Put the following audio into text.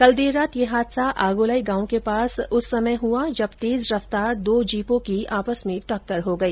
कल देर रात ये हादसा आगोलाई गांव के पास उस वक्त हुआ जब तेज रफ्तार दो जीपों की टक्कर हो गई